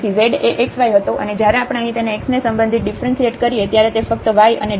તેથી z એ xy હતો અને જયારે આપણે અહીં તેને x ને સંબંધિત ડિફ્રન્સિએટ કરીએ ત્યારે તે ફક્ત y અને dxdt મળશે